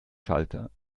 schalter